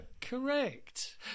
Correct